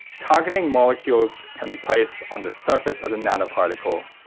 targeting molecules can be placed on the surface of the nanoparticle,